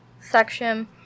section